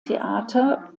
theater